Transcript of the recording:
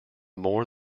more